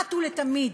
אחת ולתמיד,